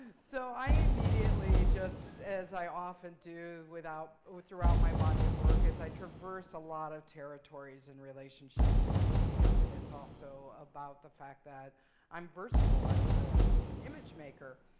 so i immediately just, as i often do throughout my body of work, is i traverse a lot of territories in relationship to my medium. and it's also about the fact that i'm versatile as ah image maker.